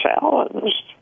challenged